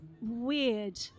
weird